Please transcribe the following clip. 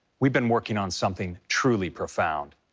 we've been working on something truly profound.